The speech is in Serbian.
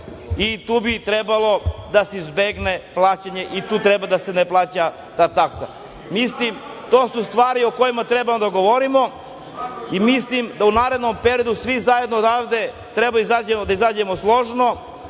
i tu bi trebalo da se izbegne plaćanje i tu treba da se ne plaća ta taksa. Mislim, to su stvari o kojima treba da govorimo, i mislim da u narednom periodu svi zajedno odavde treba da izađemo složno,